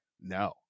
no